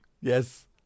yes